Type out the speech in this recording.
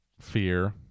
fear